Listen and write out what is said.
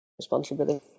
responsibility